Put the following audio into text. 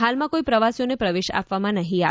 હાલમાં કોઇ પ્રવાસીઓને પ્રવેશ આપવામાં નહીં આવે